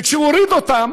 וכשהוא הוריד אותם